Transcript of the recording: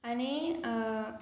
आनी